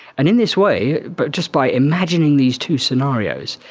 and in this way, but just by imagining these two scenarios,